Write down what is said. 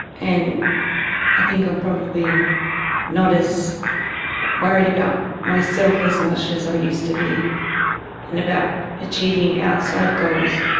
and i think i'm probably not as worried about myself as much as i used to be and about achieving outside goals.